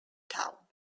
town